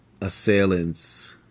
Assailants